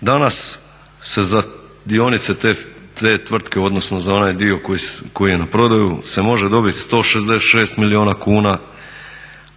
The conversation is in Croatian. danas se za dionice te tvrtke, odnosno za onaj dio koji je na prodaju, se može dobit 166 milijuna kuna,